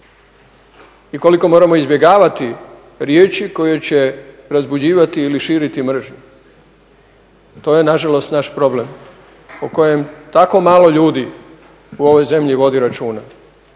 i koliko moramo izbjegavati riječi koje će razbuđivati ili širiti mržnju, to je nažalost naš problem o kojem tako malo ljudi u ovoj zemlji vodi računa,